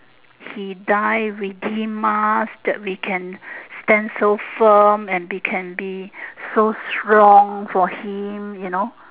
he die retain us that we can stand so firm and we can be so strong for him you know